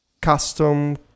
custom